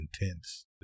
intense